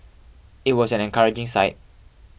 it was an encouraging sight